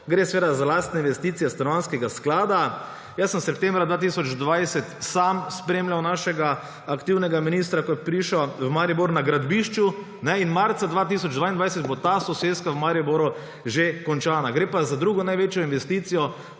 Gre seveda za lastne investicije Stanovanjskega sklada. Jaz sem septembra 2020 sam spremljal našega aktivnega ministra, ko je prišel v Maribor, na gradbišču in marca 2022 bo ta soseska v Mariboru že končana. Gre pa za drugo največjo investicijo